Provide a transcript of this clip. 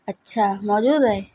اچھا موجود ہے